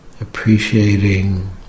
appreciating